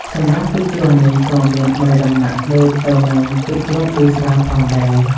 សម្រាប់ទឹកជ្រោះនេះក៏មានបីដំណាក់ដូចទៅនិងទឹកជ្រោះប៊ូស្រាផងដែរ។